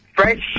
Fresh